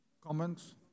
comments